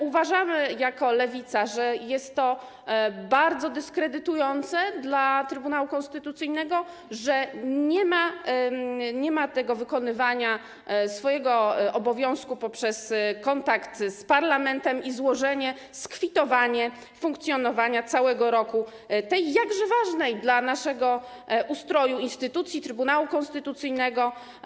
Uważamy jako Lewica, że jest to bardzo dyskredytujące dla Trybunału Konstytucyjnego, że nie jest wykonywany ten obowiązek poprzez kontakt z parlamentem i złożenie, skwitowanie funkcjonowania przez cały rok tej jakże ważnej dla naszego ustroju instytucji, Trybunału Konstytucyjnego.